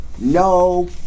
no